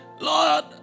Lord